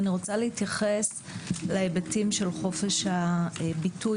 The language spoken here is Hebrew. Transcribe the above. אני רוצה להתייחס להיבטים של חופש הביטוי,